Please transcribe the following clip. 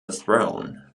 throne